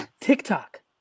TikTok